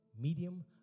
medium